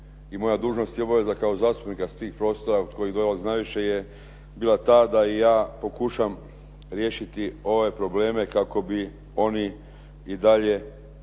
moja dužnost i obaveza kao zastupnika s tih prostora od kojih …/Govornik se ne razumije./… najviše je bila ta da i ja pokušam riješiti ove probleme kako bi oni i dalje